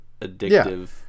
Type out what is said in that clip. addictive